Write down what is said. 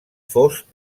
fost